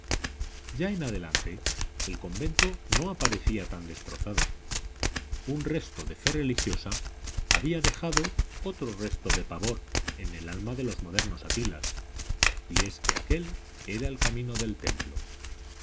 ya en adelante el convento no aparecía tan destrozado un resto de fe religiosa había dejado otro resto de pavor en el alma de los modernos atilas y es que aquél era el camino del templo